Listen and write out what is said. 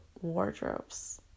wardrobes